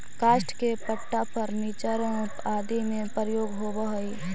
काष्ठ के पट्टा फर्नीचर आदि में प्रयोग होवऽ हई